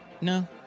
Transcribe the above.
No